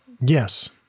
Yes